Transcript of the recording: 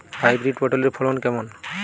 Hybrid পটলের ফলন কেমন?